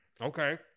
Okay